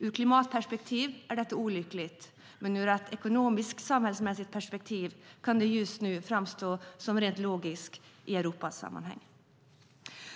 Ur klimatperspektiv är detta olyckligt, men ur ett samhällsekonomiskt perspektiv kan det just nu framstå som rent logiskt i Europasammanhang.